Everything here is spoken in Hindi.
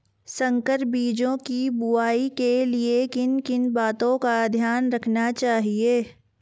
संकर बीजों की बुआई के लिए किन किन बातों का ध्यान रखना चाहिए?